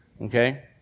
Okay